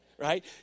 right